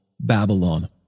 Babylon